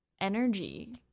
energy